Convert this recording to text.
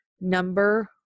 number